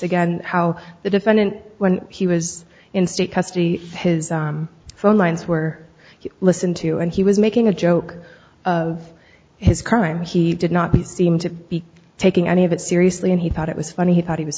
again how the defendant when he was in state custody his phone lines were you listen to and he was making a joke of his current he did not seem to be taking any of it seriously and he thought it was funny he thought he was